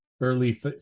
early